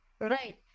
Right